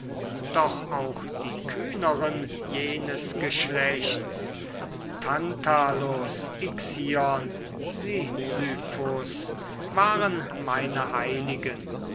doch auch die kühneren jenes geschlechts tantalus ixion sisyphus waren meine heiligen